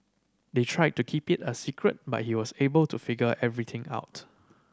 they tried to keep it a secret but he was able to figure everything out